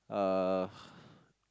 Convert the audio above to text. uh